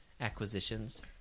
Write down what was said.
acquisitions